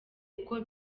uko